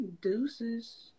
deuces